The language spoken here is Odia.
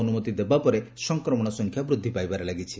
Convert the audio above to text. ଅନୁମତି ଦେବା ପରେ ସଂକ୍ରମଶ ସଂଖ୍ୟା ବୃଦ୍ଧି ପାଇବାରେ ଲାଗିଛି